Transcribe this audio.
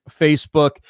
Facebook